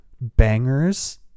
Bangers